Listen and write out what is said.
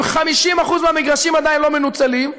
50% מהמגרשים עדיין לא מנוצלים,